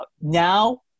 now